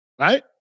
right